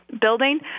building